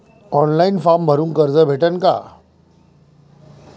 Online form भरून कर्ज भेटन का?